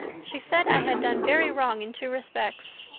she said i had done very wrong in two respects.